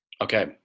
Okay